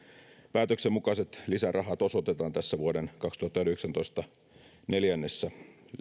päätöksen mukaiset lisärahat osoitetaan tässä vuoden kaksituhattayhdeksäntoista neljännessä